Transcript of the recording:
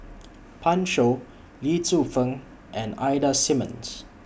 Pan Shou Lee Tzu Pheng and Ida Simmons